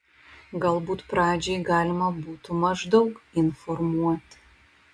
galbūt pradžiai galima būtų maždaug informuoti